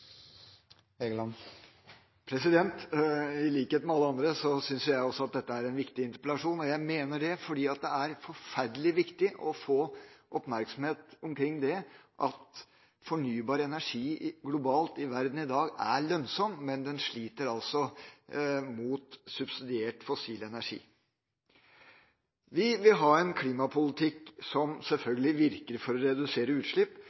forferdelig viktig å få oppmerksomhet omkring det at fornybar energi globalt i verden i dag er lønnsomt, men den sliter mot subsidiert fossil energi. Vi vil ha en klimapolitikk som selvfølgelig virker når det gjelder å redusere utslipp,